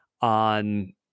on